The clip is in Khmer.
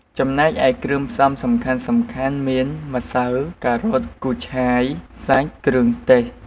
ចំណែកឯគ្រឿងផ្សំសំខាន់ៗមាន ម្សៅ ការ៉ុត គូឆាយ សាច់ គ្រឿងទេស។